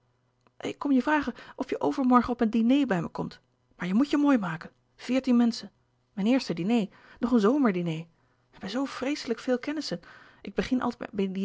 ik kom je vragen of je overmorgen op een diner bij me komt maar je moet je mooi maken veertien menschen mijn eerste diner nog een zomerdiner we hebben zoo vreeslijk veel kennissen ik begin altijd